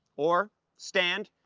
or stand,